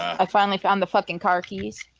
i finally found the fucking car keys